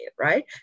right